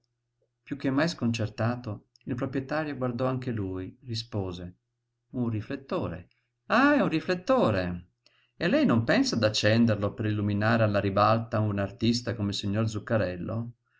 piú che mai sconcertato il proprietario guardò anche lui rispose un riflettore ah è un riflettore e lei non pensa d'accenderlo per illuminare alla ribalta un artista come il signor zuccarello